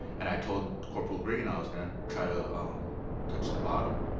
and i told corporal greene i was going to try to touch the bottom,